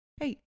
Hey